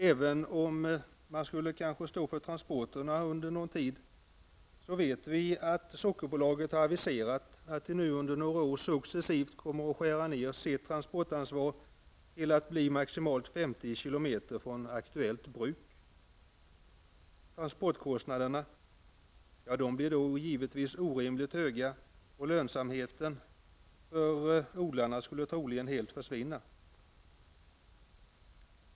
Även om man för någon tid kanske skulle stå för transporterna har Sockerbolaget aviserat att det nu under några år successivt kommer att skära ned sitt transportansvar till maximalt 50 kilometer från aktuellt bruk. Transportkostnaderna blir då givetvis orimligt höga, och lönsamheten för odlarna skulle troligen försvinna.